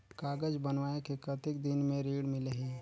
कागज बनवाय के कतेक दिन मे ऋण मिलही?